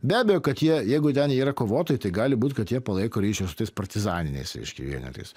be abejo kad jie jeigu ten jie yra kovotojai tai gali būt kad jie palaiko ryšį su tais partizaniniais reiškia vienetais